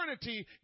eternity